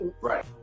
Right